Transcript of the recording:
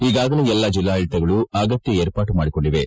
ಈಗಾಗಲೇ ಎಲ್ಲಾ ಜಿಲ್ಲಾಡಳಿತಗಳು ಆಗತ್ಯ ಏರ್ಪಾಡು ಮಾಡಿಕೊಂಡಿವೆ